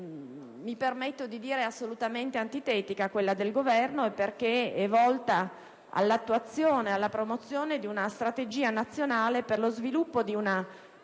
mi permetto di dire, è assolutamente antitetica a quella del Governo in quanto è volta all'attuazione e promozione di una strategia nazionale per lo sviluppo di una